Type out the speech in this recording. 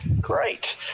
Great